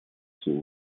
все